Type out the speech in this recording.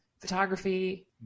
photography